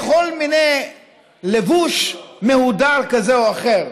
בכל מיני לבוש מהודר כזה או אחר.